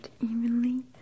evenly